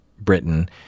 Britain